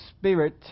spirit